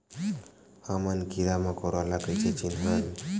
हमन कीरा मकोरा ला कइसे चिन्हन?